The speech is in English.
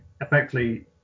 effectively